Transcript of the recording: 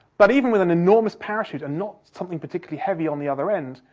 but even with an enormous parachute and not something particularly heavy on the other end,